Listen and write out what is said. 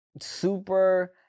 super